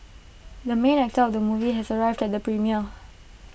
the main actor of the movie has arrived at the premiere